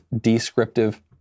descriptive